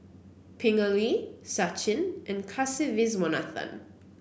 Pingali Sachin and Kasiviswanathan